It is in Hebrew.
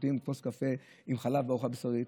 שותים כוס קפה עם חלב בארוחה בשרית?